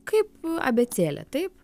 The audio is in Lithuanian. kaip abėcėlė taip